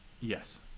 Yes